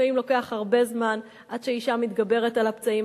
ולפעמים לוקח הרבה זמן עד שהאשה מתגברת על הפצעים,